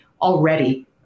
already